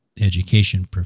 education